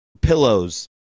pillows